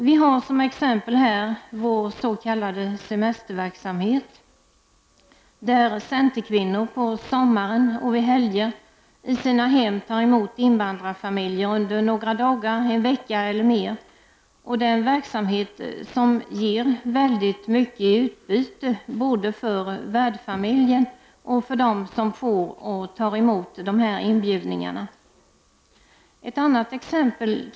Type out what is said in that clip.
Vi har som exempel här vår s.k. semesterverksamhet, där centerkvinnor på sommaren och vid helger i sina hem tar emot invandrarfamiljer under några dagar — en vecka eller mer. Det är en verksamhet som ger mycket i utbyte både för värdfamiljen och för dem som får och tar emot dessa inbjudningar. Jag kan ge ett annat exempel.